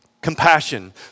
Compassion